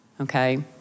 okay